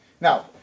Now